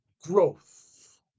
growth